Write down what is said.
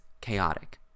chaotic